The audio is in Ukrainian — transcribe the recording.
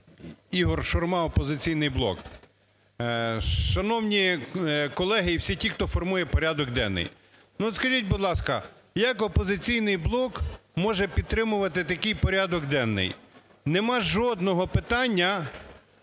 Ігор Шурма "Опозиційний блок". Шановні колеги, і всі ті, хто формує порядок денний. От скажіть, будь ласка, як "Опозиційний блок" може підтримувати такий порядок денний? Немає жодного питання,